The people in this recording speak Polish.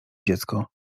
dziecko